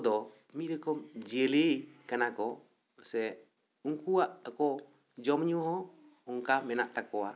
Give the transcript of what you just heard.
ᱫᱚ ᱢᱤᱫ ᱨᱚᱠᱚᱢ ᱡᱤᱭᱞᱤ ᱠᱟᱱᱟᱠᱚ ᱥᱮ ᱩᱱᱠᱚᱣᱟᱜ ᱠᱚ ᱡᱚᱢ ᱧᱩ ᱦᱚᱸ ᱚᱱᱠᱟ ᱢᱮᱱᱟᱜ ᱛᱟᱠᱚᱣᱟ